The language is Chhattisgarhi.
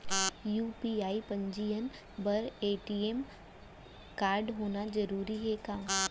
यू.पी.आई पंजीयन बर ए.टी.एम कारडहोना जरूरी हे का?